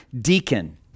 deacon